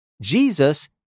Jesus